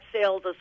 Sales